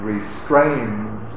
restrained